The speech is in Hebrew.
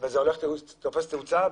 וזה תופס תאוצה.